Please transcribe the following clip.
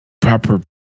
proper